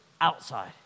outside